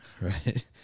right